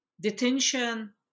detention